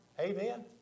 Amen